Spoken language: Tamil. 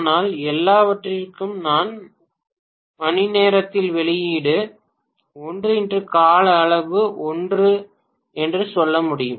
ஆனால் எல்லாவற்றிற்கும் நான் மணிநேரத்தில் வெளியீடு 1 x கால அளவு 1 என்று சொல்ல வேண்டும்